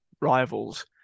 rivals